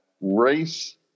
race